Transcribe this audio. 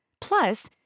Plus